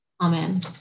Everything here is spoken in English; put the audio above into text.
Amen